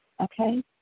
okay